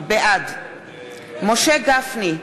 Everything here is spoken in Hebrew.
בעד משה גפני,